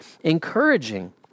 encouraging